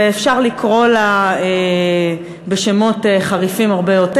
ואפשר לקרוא לה בשמות חריפים הרבה יותר,